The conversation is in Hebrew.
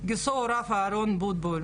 אם מישהו לא זוכר את זה.